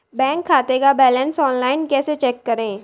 Bank खाते का balance online कैसे चेक करें?